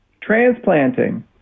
transplanting